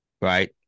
right